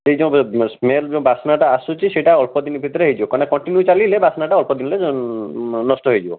ସେଇ ଯେଉଁ ସ୍ମେଲ୍ ଯେଉଁ ବାସ୍ନାଟା ଆସୁଛି ସେଇଟା ଅଳ୍ପଦିନ ଭିତରେ ହେଇଯିବ କାରଣ କଣ୍ଟିନ୍ୟୁ ଚାଲିଲେ ବାସ୍ନାଟା ଅଳ୍ପଦିନରେ ନଷ୍ଟ ହେଇଯିବ